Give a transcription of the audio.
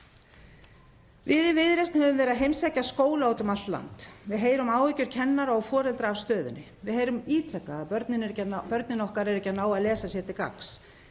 Við í Viðreisn höfum verið að heimsækja skóla út um allt land. Við heyrum áhyggjur kennara og foreldra af stöðunni. Við heyrum ítrekað að börnin okkar eru ekki að ná að lesa sér til gagns.